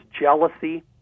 jealousy